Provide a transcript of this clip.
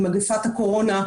עם מגפת הקורונה,